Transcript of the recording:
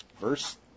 verse